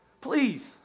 please